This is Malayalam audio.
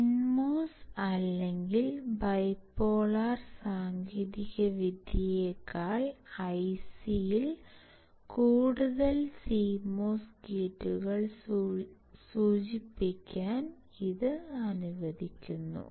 NMOS അല്ലെങ്കിൽ ബൈപോളാർ സാങ്കേതികവിദ്യയേക്കാൾ IC യിൽ കൂടുതൽ CMOS ഗേറ്റുകൾ സൂചിപ്പിക്കാൻ ഇത് അനുവദിക്കുന്നു